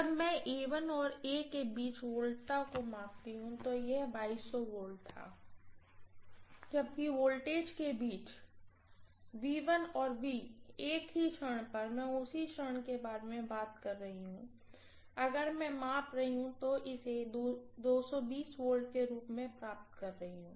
जब मैं और के बीच वोल्टेज को मापती हूँ तो यह V था जबकि वोल्टेज के बीच और एक ही क्षण पर मैं उसी क्षण के बारे में बात कर रहा हूं अगर मैं माप रही हूँ तो मैं इसे V के रूप में प्राप्त कर रही हूँ